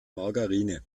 margarine